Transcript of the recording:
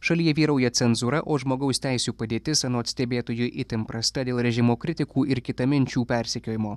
šalyje vyrauja cenzūra o žmogaus teisių padėtis anot stebėtojų itin prasta dėl režimo kritikų ir kitaminčių persekiojimo